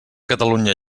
catalunya